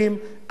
אלמנות,